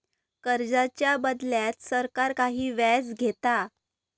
कर्जाच्या बदल्यात सरकार काही व्याज घेता